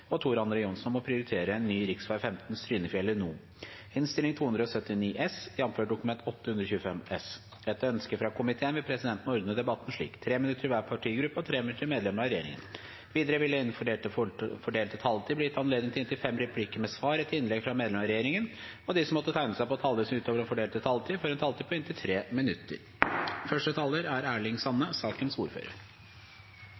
vil presidenten ordne debatten slik: 3 minutter til hver partigruppe og 3 minutter til medlemmer av regjeringen. Videre vil det – innenfor den fordelte taletid – bli gitt anledning til inntil fem replikker med svar etter innlegg fra medlemmer av regjeringen, og de som måtte tegne seg på talerlisten utover den fordelte taletid, får også en taletid på inntil 3 minutter. I framlegget frå representantane Sve, Stordalen, Listhaug, Hoksrud, Hjemdal, Njåstad, Hagen og Johnsen er